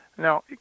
Now